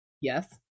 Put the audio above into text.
yes